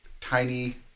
tiny